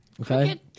okay